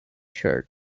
shirt